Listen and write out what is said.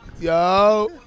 yo